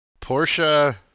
Porsche